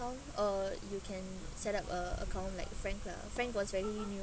account or you can set up a account like frank lah frank was very new